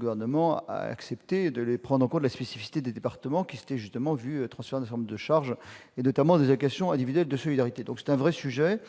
Cahors, a accepté de prendre en compte la spécificité des départements, qui s'étaient justement vus transférer un certain nombre de charges, en matière notamment d'allocations individuelles de solidarité. C'est donc un vrai sujet.